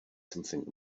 something